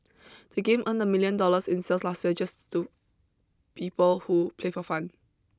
the game earned a million dollars in sales last year just to people who play for fun